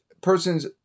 person's